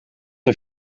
hij